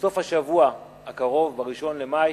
ובסוף השבוע הקרוב, ב-1 במאי,